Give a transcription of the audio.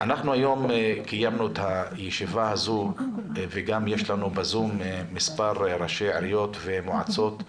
אנחנו מקיימים היום את הישיבה הזו עם מספר ראשי עיריות ומועצות בזום,